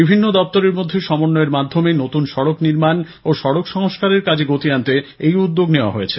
বিভিন্ন দপ্তরের মধ্যে সমন্বয়ের মাধ্যমে নতুন সড়ক নির্মাণ ও সড়ক সংস্কারের কাজে গতি আনতে এই উদ্যোগ নেওয়া হয়েছে